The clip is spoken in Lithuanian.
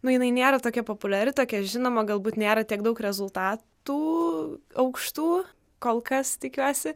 nu jinai nėra tokia populiari tokia žinoma galbūt nėra tiek daug rezultatų aukštų kol kas tikiuosi